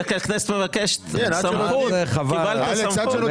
בדרך כלל הכנסת מבקשת סמכות, קיבלתם סמכות.